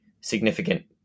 significant